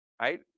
right